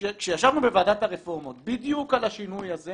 כשישבנו בוועדת הרפורמות בדיוק על השינוי הזה,